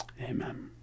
Amen